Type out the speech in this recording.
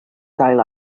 cael